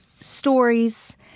stories